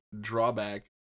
drawback